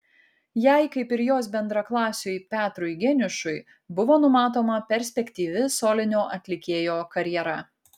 jai kaip ir jos bendraklasiui petrui geniušui buvo numatoma perspektyvi solinio atlikėjo karjera